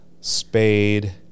Spade